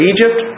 Egypt